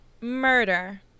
murder